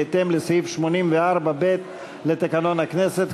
בהתאם לסעיף 84(ב) לתקנון הכנסת,